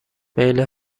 میل